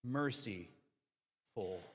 merciful